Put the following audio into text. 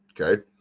okay